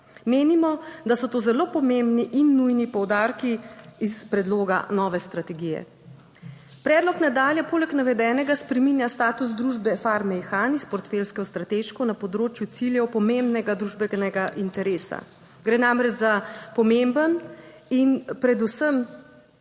Menimo, da so to zelo pomembni in nujni poudarki iz predloga nove strategije. Predlog nadalje poleg navedenega spreminja status družbe Farme Ihan iz portfeljske strateško na področju ciljev pomembnega družbenega interesa. Gre namreč za pomemben in predvsem